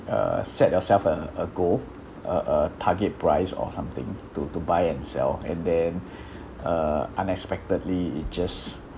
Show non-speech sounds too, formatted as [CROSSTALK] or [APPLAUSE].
uh set yourself a a goal uh a target price or something to to buy and sell and then [BREATH] uh unexpectedly it just